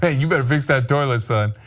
ah you better fix that toilet son.